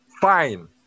fine